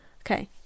Okay